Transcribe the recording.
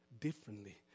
differently